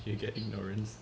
you get ignorance